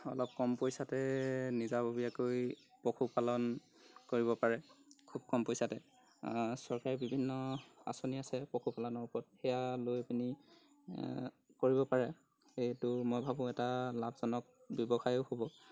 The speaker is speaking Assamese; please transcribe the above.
অলপ কম পইচাতে নিজাববীয়াকৈ পশুপালন কৰিব পাৰে খুব কম পইচাতে চৰকাৰী বিভিন্ন আঁচনি আছে পশুপালনৰ ওপৰত সেয়া লৈ পিনি কৰিব পাৰে সেইটো মই ভাবোঁ এটা লাভজনক ব্যৱসায়ো হ'ব